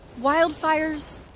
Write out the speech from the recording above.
Wildfires